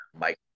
Mike